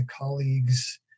colleagues